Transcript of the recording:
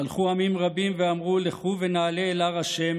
והלכו עמים רבים ואמרו לכו ונעלה אל הר השם,